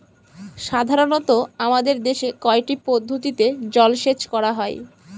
সাধারনত আমাদের দেশে কয়টি পদ্ধতিতে জলসেচ করা হয়?